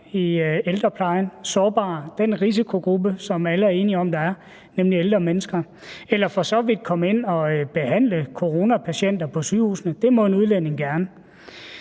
sårbare mennesker – den risikogruppe, som alle er enige om, der er – eller for så vidt komme ind og behandle coronapatienter på sygehusene. Det må en udlænding gerne.